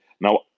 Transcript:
Now